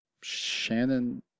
Shannon